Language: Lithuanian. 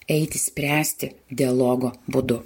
eiti spręsti dialogo būdu